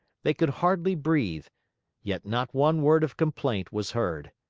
they could hardly breathe yet not one word of complaint was heard.